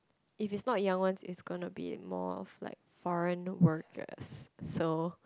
if is not young one is going to be more of like foreigner workers so